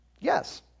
Yes